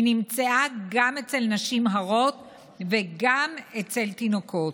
היא נמצאה גם אצל נשים הרות וגם אצל תינוקות.